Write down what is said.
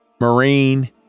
Marine